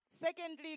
Secondly